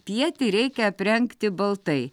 pietį reikia aprengti baltai